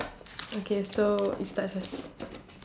okay so you start first